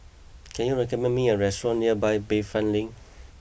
can you recommend me a restaurant near Bayfront Link